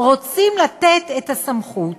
רוצים לתת את הסמכות